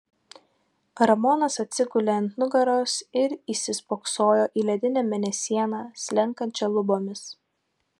ramonas atsigulė ant nugaros ir įsispoksojo į ledinę mėnesieną slenkančią lubomis